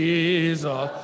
Jesus